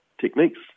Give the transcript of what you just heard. techniques